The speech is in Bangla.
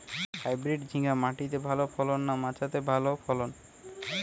হাইব্রিড ঝিঙ্গা মাটিতে ভালো না মাচাতে ভালো ফলন?